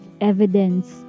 evidence